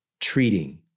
treating